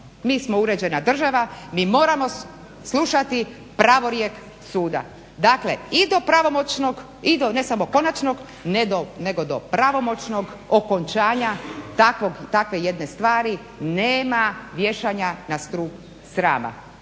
Mi smo uređena država, mi moramo slušati pravorijek suda. Dakle, i do pravomoćnog i do ne samo konačnog nego do pravomoćnog okončanja takve jedne stvari nema vješanja na stup srama,